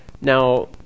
now